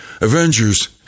Avengers